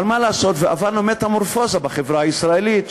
אבל מה לעשות ועברנו מטמורפוזה בחברה הישראלית,